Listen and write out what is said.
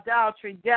adultery